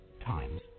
times